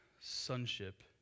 sonship